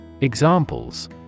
Examples